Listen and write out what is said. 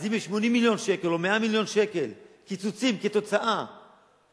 אז אם יש 80 מיליון שקל או 100 מיליון שקל קיצוצים כתוצאה מהנחות,